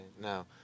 now